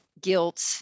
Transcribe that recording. guilt